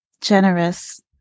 generous